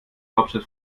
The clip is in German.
hauptstadt